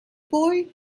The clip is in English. boy